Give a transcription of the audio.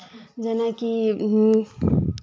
जेनाकि